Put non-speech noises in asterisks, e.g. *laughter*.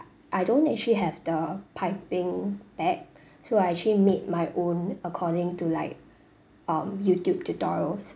I don't actually have the piping bag *breath* so I actually made my own according to like um youtube tutorials